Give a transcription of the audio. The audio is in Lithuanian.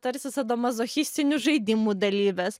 tarsi sadomazochistinių žaidimų dalyvės